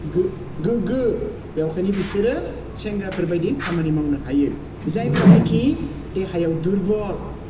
गोग्गो बेखायनो बिसोरो सेंग्राफोरबायदि खामानि मावनो हायो जायफ्रानिकि देहायाव दुरबल